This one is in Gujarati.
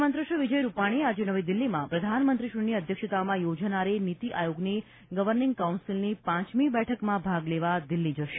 મુખ્યમંત્રી શ્રી વિજય રૂપાણી આજે નવી દિલ્હીમાં પ્રધાનમંત્રીશ્રીની અધ્યક્ષતામાં યોજાનારી નીતી આયોગની ગવર્નિંગ કાઉન્સિલની પાંચમી બેઠકમાં ભાગ લેવા દિલ્હી જશે